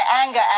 anger